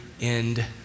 end